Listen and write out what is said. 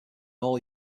all